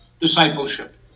discipleship